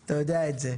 אתה יודע את זה.